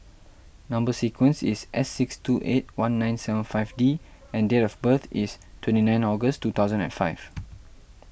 Number Sequence is S six two eight one nine seven five D and date of birth is twenty nine August two thousand and five